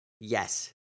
Yes